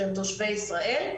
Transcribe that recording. שהם תושבי ישראל,